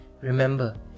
Remember